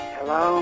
Hello